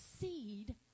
seed